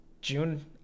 June